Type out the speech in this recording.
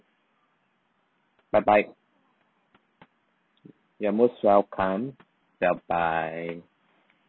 bye bye you're most welcome bye bye